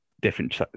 different